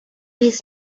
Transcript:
his